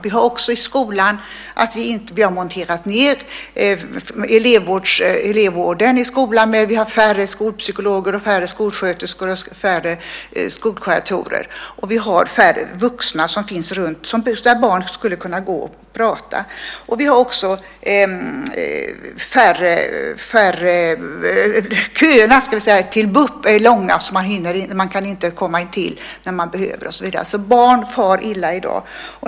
Vi har också monterat ned elevvården i skolan. Vi har färre skolpsykologer, färre skolsköterskor och färre skolkuratorer. Vi har färre vuxna som barn skulle kunna gå och prata med. Dessutom är köerna till Bup långa, så man kan inte komma dit när man behöver. Barn far illa i dag.